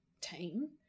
team